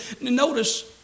Notice